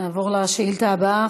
נעבור לשאילתה הבאה.